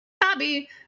bobby